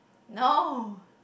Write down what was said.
no